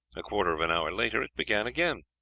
a quarter of an hour later it began again.